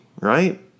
right